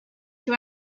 two